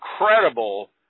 Incredible